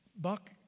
Buck